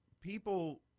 people